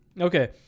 okay